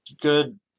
good